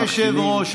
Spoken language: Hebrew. אדוני היושב-ראש,